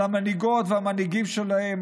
על המנהיגות והמנהיגים שלהם,